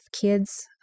kids